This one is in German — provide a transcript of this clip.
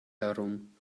herum